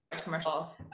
commercial